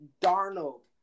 Darnold